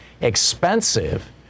expensive